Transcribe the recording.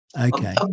Okay